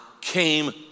came